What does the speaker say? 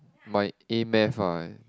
my a-math ah